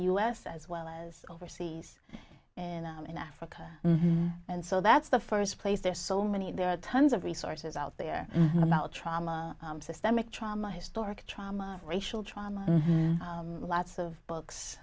s as well as overseas and i'm in africa and so that's the first place there's so many there are tons of resources out there and about trauma systemic trauma historic trauma racial trauma lots of books